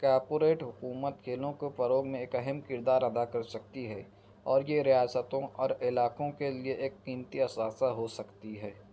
کیاپوریٹ حکومت کھیلوں کے فروغ میں ایک اہم کردار ادا کر سکتی ہے اور یہ ریاستوں اور علاقوں کے لیے ایک قیمتی اثاثہ ہو سکتی ہے